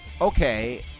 Okay